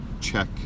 check